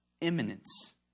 imminence